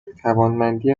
توانمندی